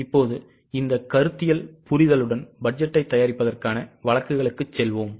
இப்போது இந்த கருத்தியல் புரிதலுடன் பட்ஜெட்டை தயாரிப்பதற்கான வழக்குகளுக்குச் செல்வோம்